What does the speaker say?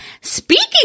Speaking